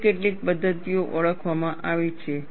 અન્ય કેટલીક પદ્ધતિઓ ઓળખવામાં આવી છે